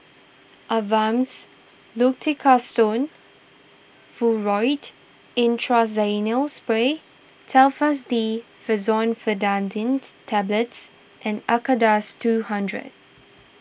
Avamys Fluticasone Furoate Intranasal Spray Telfast D Fexofenadines Tablets and Acardust two hundred